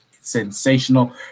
sensational